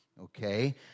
Okay